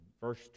verse